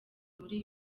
muri